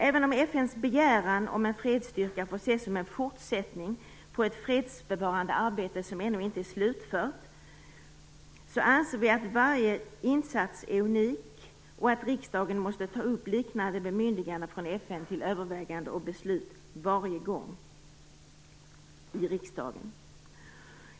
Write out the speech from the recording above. Även om FN:s begäran om en fredsstyrka får ses som en fortsättning på ett fredsbevarande arbete som ännu inte är slutfört, anser vi att varje insats är unik och att riksdagen måste ta upp liknande bemyndiganden från FN till övervägande och beslut varje gång i riksdagen.